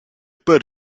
port